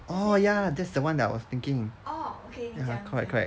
oh ya that's the one that I was thinking ya correct correct